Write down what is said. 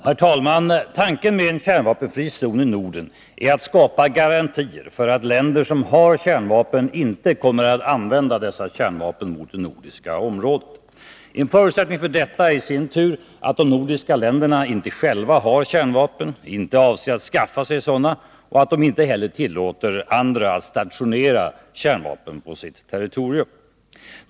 Herr talman! Tanken med en kärnvapenfri zon i Norden är att skapa garantier för att länder som har kärnvapen inte kommer att använda dessa kärnvapen mot det nordiska området. En förutsättning för detta är i sin tur att de nordiska länderna inte själva har kärnvapen, inte avser att skaffa sig sådana och inte heller tillåter andra att stationera kärnvapen på sitt territorium.